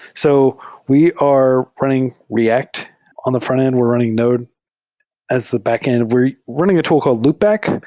so we are running react on the frontend. we're running node as the backend. we're running a tool called loopback,